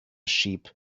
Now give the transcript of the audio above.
sheep